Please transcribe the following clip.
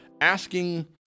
asking